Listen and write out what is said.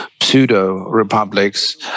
pseudo-republics